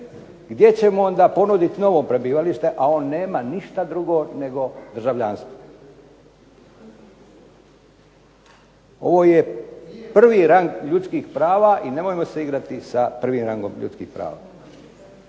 gdje ćemo mu onda ponuditi novo prebivalište, a on nema ništa drugo nego državljanstvo? Ovo je prvi rang ljudskih prava i nemojmo se igrati sa prvim rangom ljudskih prava.